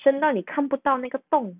深到你看不到那个洞